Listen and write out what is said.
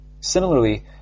Similarly